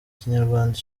kinyarwanda